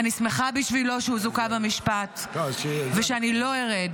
אני שמחה בשבילו שהוא זוכה במשפט ושאני לא ארד